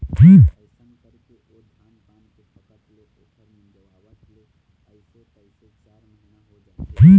अइसन करके ओ धान पान के पकत ले ओखर मिंजवात ले अइसे तइसे चार महिना हो जाथे